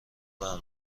کدام